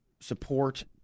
support